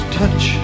touch